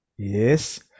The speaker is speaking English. yes